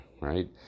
right